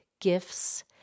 gifts